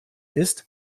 ist